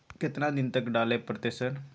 केतना दिन तक डालय परतै सर?